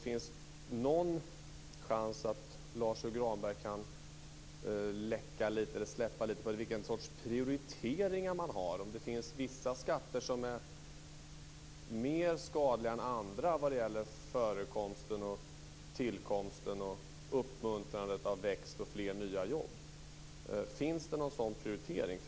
Lars U Granberg kan släppa lite grann och tala om vilken sorts prioritering man har, om det finns vissa skatter som är mindre skadliga än andra vad gäller förekomsten, tillkomsten och uppmuntrandet av tillväxt och nya jobb. Finns det någon sådan prioritering?